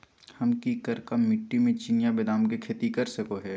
हम की करका मिट्टी में चिनिया बेदाम के खेती कर सको है?